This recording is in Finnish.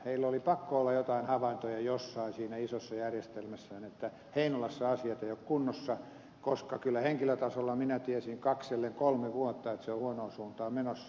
heillä oli pakko olla jotain havaintoja jossain siinä isossa järjestelmässään että heinolassa asiat eivät ole kunnossa koska kyllä henkilötasolla minä tiesin kaksi ellen kolme vuotta että se on huonoon suuntaan menossa